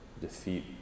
defeat